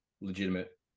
legitimate